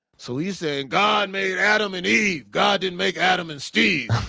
so he's saying god made adam and eve god didn't make adam and steve.